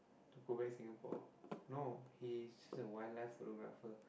to go back Singapore no he's just a wildlife photographer